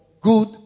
good